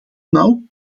nou